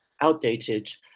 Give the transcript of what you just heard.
outdated